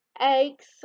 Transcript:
eggs